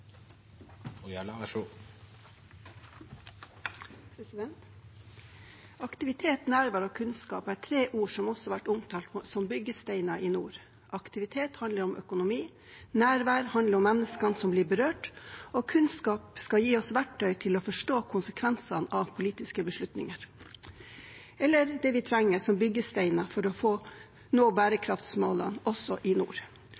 tre ord som også har vært omtalt som byggesteiner i nord. Aktivitet handler om økonomi, nærvær handler om menneskene som blir berørt, og kunnskap skal gi oss verktøy til å forstå konsekvensene av politiske beslutninger, eller det vi trenger som byggesteiner for å nå bærekraftsmålene også i nord.